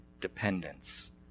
dependence